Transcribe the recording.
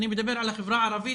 אני מדבר על החברה הערבית,